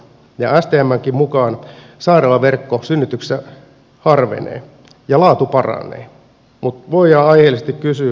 stmnkin mukaan sairaalaverkko synnytyksissä harvenee ja laatu paranee mutta voi ihan aiheellisesti kysyä